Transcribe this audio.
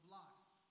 life